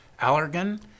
Allergan